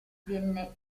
venne